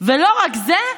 ולא רק זה,